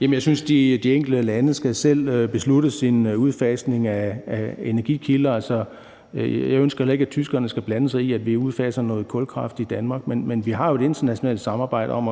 Jeg synes, at de enkelte lande selv skal beslutte deres udfasning af energikilder. Jeg ønsker heller ikke, at tyskerne skal blande sig i, at vi udfaser noget kulkraft i Danmark, men vi har jo et internationalt samarbejde om